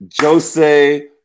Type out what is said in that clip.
Jose